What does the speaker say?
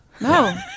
No